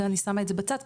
זה אני שמה את זה בצד,